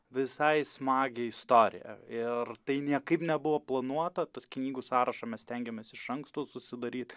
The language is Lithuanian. visai smagią istoriją ir tai niekaip nebuvo planuota tuos knygų sąrašo mes stengiamės iš anksto susidaryt